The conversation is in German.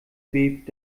bebt